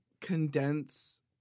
condense